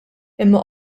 imma